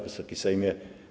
Wysoki Sejmie!